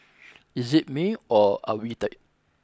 is it me or are we tired